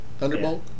Thunderbolt